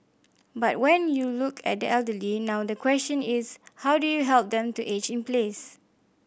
but when you look at the elderly now the question is how do you help them to age in place